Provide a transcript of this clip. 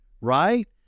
right